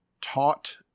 taught